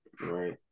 Right